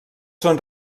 són